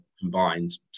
combined